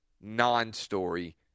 non-story